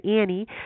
Annie